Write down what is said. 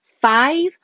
five